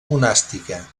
monàstica